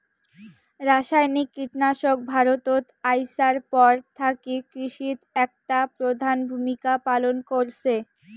রাসায়নিক কীটনাশক ভারতত আইসার পর থাকি কৃষিত একটা প্রধান ভূমিকা পালন করসে